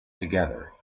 together